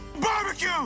Barbecue